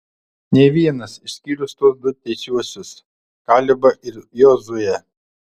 nė vienas išskyrus tuos du teisiuosius kalebą ir jozuę